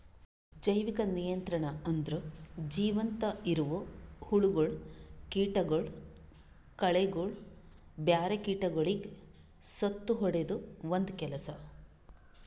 ಜೈವಿಕ ನಿಯಂತ್ರಣ ಅಂದುರ್ ಜೀವಂತ ಇರವು ಹುಳಗೊಳ್, ಕೀಟಗೊಳ್, ಕಳೆಗೊಳ್, ಬ್ಯಾರೆ ಕೀಟಗೊಳಿಗ್ ಸತ್ತುಹೊಡೆದು ಒಂದ್ ಕೆಲಸ